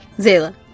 Zayla